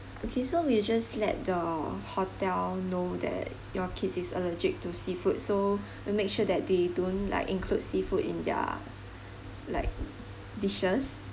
okay so we'll just let the hotel know that your kids is allergic to seafood so we make sure that they don't like include seafood in their like dishes